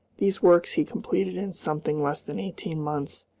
these works he completed in something less than eighteen months,